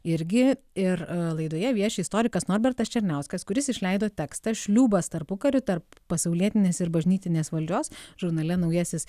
irgi ir laidoje vieši istorikas norbertas černiauskas kuris išleido tekstą šliūbas tarpukariu tarp pasaulietinės ir bažnytinės valdžios žurnale naujasis